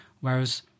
whereas